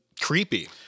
Creepy